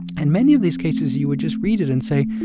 and many of these cases, you would just read it and say,